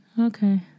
okay